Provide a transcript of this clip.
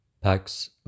pax